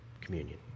communion